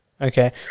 Okay